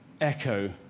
echo